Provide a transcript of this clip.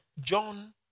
john